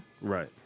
Right